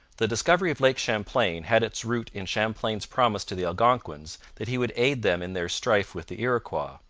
the discovery of lake champlain had its root in champlain's promise to the algonquins that he would aid them in their strife with the iroquois.